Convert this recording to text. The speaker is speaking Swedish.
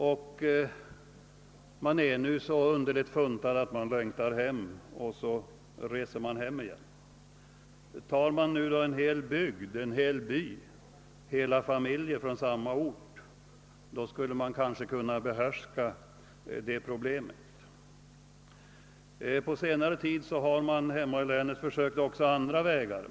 Människorna är ju så underligt funtade att de längtar hem, och så reser de hem igen vid första tillfälle. Tar man en hel bygd, en hel by, hela familjer från samma ort, skulle man kanske kunna bemästra det problemet. Men samtidigt ödeläggs den bygden i Norrland. På senare tid har man hemma i länet försökt även andra vägar.